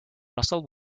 russell